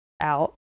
out